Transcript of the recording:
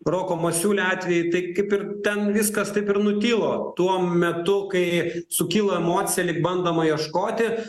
roko masiulio atvejį tai kaip ir ten viskas taip ir nutilo tuo metu kai sukyla emocija lyg bandoma ieškoti